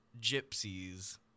gypsies